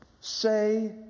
Say